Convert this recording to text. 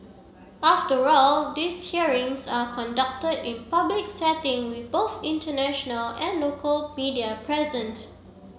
after all these hearings are conducted in public setting with both international and local media present